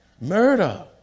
Murder